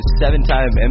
seven-time